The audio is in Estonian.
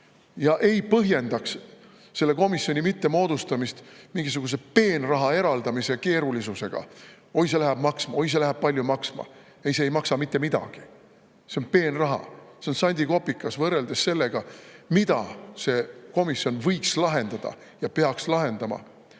ega põhjendaks selle komisjoni mittemoodustamist mingisuguse peenraha eraldamise keerulisusega: "Oi, see läheb maksma. Oi, see läheb palju maksma." Ei, see ei maksa mitte midagi. See on peenraha, see on sandikopikas võrreldes sellega, mida see komisjon võiks lahendada ja peaks lahendama.